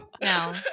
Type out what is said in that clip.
No